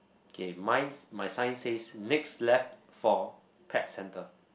okay mines my sign says next left for pet centre